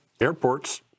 airports